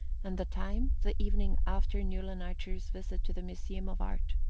and the time the evening after newland archer's visit to the museum of art.